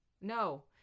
no